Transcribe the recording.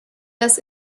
das